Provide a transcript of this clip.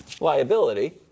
liability